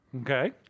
Okay